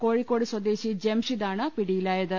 കോഴിക്കോട് സ്വദേശി ജംഷിദ് ആണ് പിടിയിലായത്